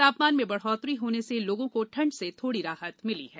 तापमान में बढ़ोतरी होने से लोगों को ठंड से थोड़ी राहत मिली है